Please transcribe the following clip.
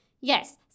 yes